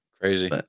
Crazy